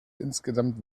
insgesamt